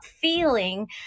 feeling